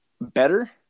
better